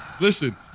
Listen